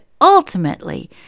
ultimately